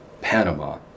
Panama